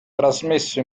trasmesso